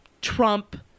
Trump